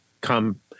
come